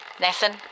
Nathan